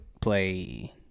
play